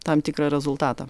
tam tikrą rezultatą